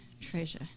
treasure